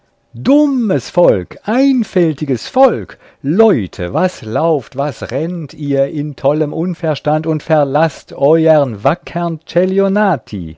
dummes volk einfältiges volk leute was lauft was rennt ihr in tollem unverstand und verlaßt euern wackern